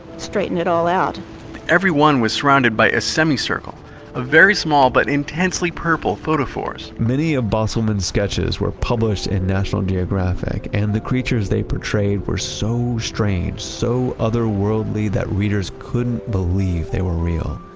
straighten it all out everyone was surrounded by a semicircle, a very small but intensely purple photophores. many of bostelmann's sketches were published in national geographic and the creatures they portrayed were so strange, so otherworldly that readers couldn't believe they were real.